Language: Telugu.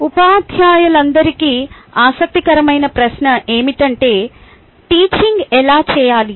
ఉపాధ్యాయులందరికీ ఆసక్తికరమైన ప్రశ్న ఏమిటంటే టీచింగ్ ఎలా చేయాలి